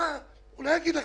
הוא לא יגיד לכם,